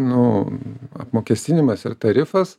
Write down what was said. nu apmokestinimas ir tarifas